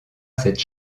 cette